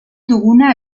duguna